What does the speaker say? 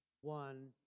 one